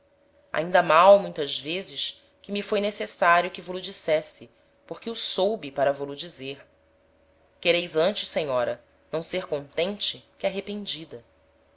ainda mal muitas vezes que me foi necessario que vo lo dissesse porque o soube para vo lo dizer quereis antes senhora não ser contente que arrependida